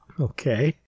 Okay